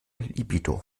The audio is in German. libido